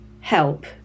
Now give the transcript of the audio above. help